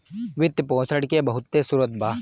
वित्त पोषण के बहुते स्रोत बा